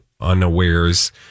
unawares